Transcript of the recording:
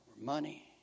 Money